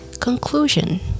Conclusion